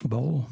ברור.